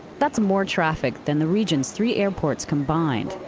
that's more traffic than the regions three airports combined.